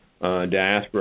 diaspora